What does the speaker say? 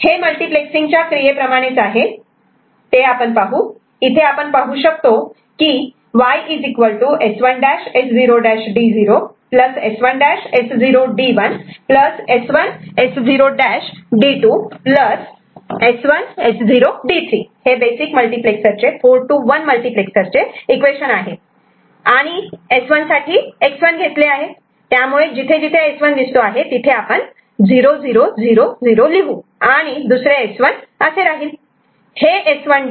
हे मल्टिप्लेक्ससिंग च्या क्रियेप्रमाणेच आहे ते आपण पाहू इथे आपण पाहू शकतो की Y S1'S0'D0 S1'S0D1 S1S0'D2 S1S0D3 हे बेसिक मल्टिप्लेक्सर 4 to 1 मल्टिप्लेक्सरचे इक्वेशन आहे आणि S1 साठी X1 घेतले आहे त्यामुळे जिथे जिथे S1 दिसतो आहे तिथे आपण 0000 लिहू आणि दुसरे S1 असे राहील